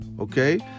okay